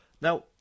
Now